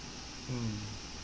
mm